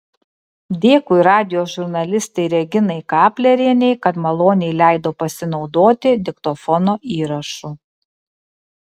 dėkui radijo žurnalistei reginai kaplerienei kad maloniai leido pasinaudoti diktofono įrašu